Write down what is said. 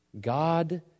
God